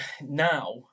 now